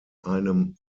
einem